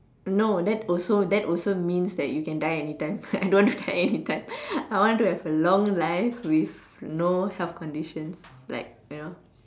no that also that also means that you can die anytime I don't want to die anytime I want to have a long life with no health conditions like you know